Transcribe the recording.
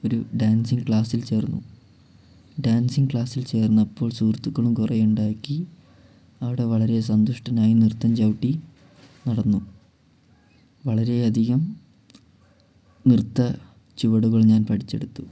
ഒരു ഡാൻസിങ്ങ് ക്ലാസ്സിൽ ചേർന്നു ഡാൻസിങ്ങ് ക്ലാസ്സിൽ ചേർന്നപ്പോൾ സുഹൃത്തുക്കളും കുറെ ഉണ്ടാക്കി അവിടെ വളരെ സന്തുഷ്ടനായി നൃത്തം ചവിട്ടി നടന്നു വളരെയധികം നൃത്ത ചുവടുകൾ ഞാൻ പഠിച്ചെടുത്തു